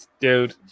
dude